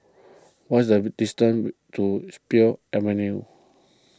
what is the distance to pill Avenue